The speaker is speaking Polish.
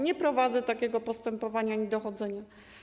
Nie prowadzę takiego postępowania ani dochodzenia.